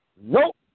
Nope